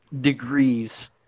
degrees